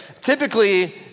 Typically